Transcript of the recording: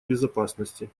безопасности